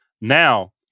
now